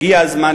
הגיע הזמן,